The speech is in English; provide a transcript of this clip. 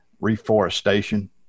reforestation